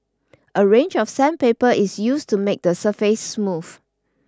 a range of sandpaper is used to make the surface smooth